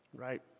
right